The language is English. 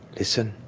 listen,